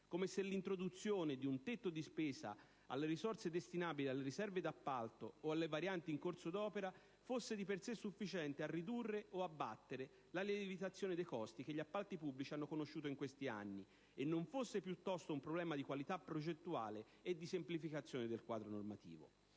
come se l'introduzione di un tetto di spesa alle risorse destinabili alle riserve d'appalto o alle varianti in corso d'opera fosse di per sé sufficiente a ridurre o abbattere la lievitazione dei costi che gli appalti pubblici hanno conosciuto in questi anni e non fosse piuttosto un problema di qualità progettuale e di semplificazione del quadro normativo.